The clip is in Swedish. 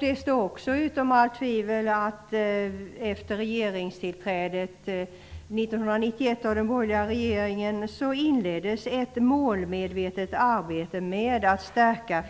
Det står också utom allt tvivel att den borgerliga regeringen efter regeringstillträdet 1991 inledde ett målmedvetet arbete med att stärka